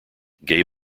gay